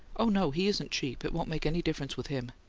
oh, no he isn't cheap. it won't make any difference with him.